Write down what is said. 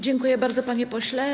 Dziękuję bardzo, panie pośle.